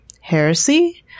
Heresy